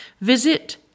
Visit